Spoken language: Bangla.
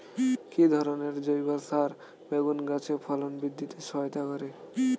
কি ধরনের জৈব সার বেগুন গাছে ফলন বৃদ্ধিতে সহায়তা করে?